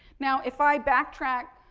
now, if i backtrack,